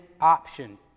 option